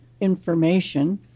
information